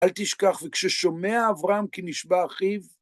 אל תשכח, וכששומע אברהם כי נשבע אחיו,